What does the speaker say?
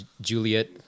Juliet